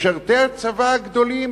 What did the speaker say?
משרתי הצבא הגדולים